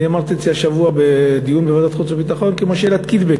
אני אמרתי את זה השבוע בדיון בוועדת החוץ והביטחון כמו "שאלת קיטבג",